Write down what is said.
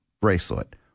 bracelet